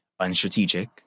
unstrategic